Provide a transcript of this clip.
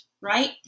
right